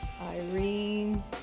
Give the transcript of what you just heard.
Irene